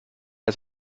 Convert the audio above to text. ist